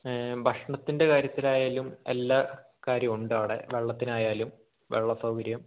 ഭക്ഷണത്തിൻ്റെ കാര്യത്തിലായാലും എല്ലാ കാര്യവും ഉണ്ട് അവിടെ വെള്ളത്തിനായാലും വെള്ള സൗകര്യം